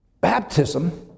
baptism